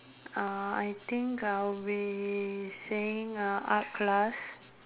uh I think I'll be saying uh art class